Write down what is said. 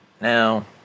Now